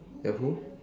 the who